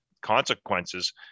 consequences